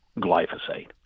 glyphosate